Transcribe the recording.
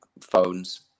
phones